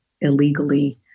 illegally